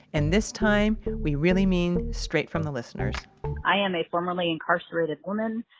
and this time, we really mean straight from the listeners i am a currently-incarcerated woman.